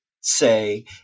say